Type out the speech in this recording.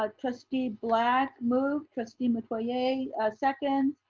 um trustee black moved, trustee metoyer yeah and second.